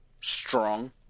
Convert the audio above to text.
strong